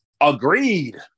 Agreed